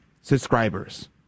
subscribers